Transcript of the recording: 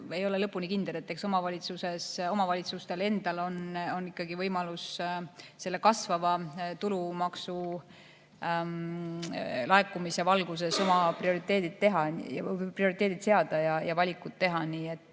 Ei ole lõpuni kindel. Omavalitsustel endal on võimalus selle kasvava tulumaksulaekumise valguses oma prioriteedid seada ja valikud teha.